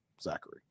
Zachary